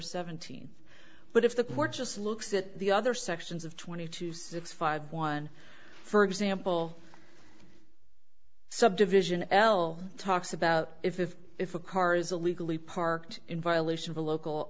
seventeenth but if that were just looks at the other sections of twenty two six five one for example subdivision l talks about if if if a car is illegally parked in violation of a local